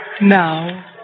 Now